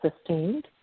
sustained